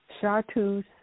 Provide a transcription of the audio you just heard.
chartreuse